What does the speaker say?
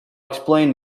explain